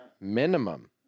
Minimum